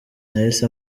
nahise